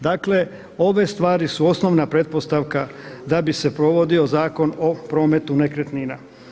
Dakle, ove stvari su osnovna pretpostavka da bi se provodio Zakon o prometu nekretnina.